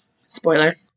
spoiler